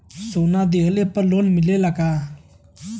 सोना दहिले पर लोन मिलल का?